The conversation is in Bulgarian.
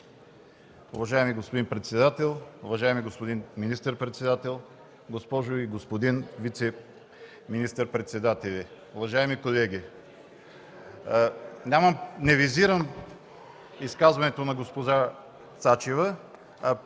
Уважаеми господин председател, уважаеми господин министър-председател, госпожо и господин вицеминистър-председатели! Уважаеми колеги! Не визирам изказването на госпожа Цачева,